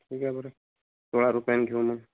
ठीक आहे बरं सोळा रुपयानं घेऊ मग